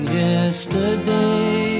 yesterday